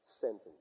sentence